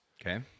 Okay